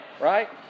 right